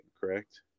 correct